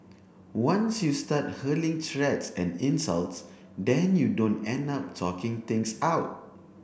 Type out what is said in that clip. once you start hurling threats and insults then you don't end up talking things out